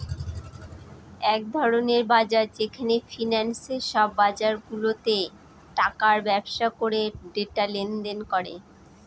এক ধরনের বাজার যেখানে ফিন্যান্সে সব বাজারগুলাতে টাকার ব্যবসা করে ডেটা লেনদেন করে